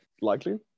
likely